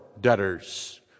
debtors